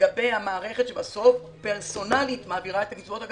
לגבי המערכת שבסוף מעבירה פרסונלית את הקצבאות.